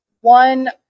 one